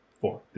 Four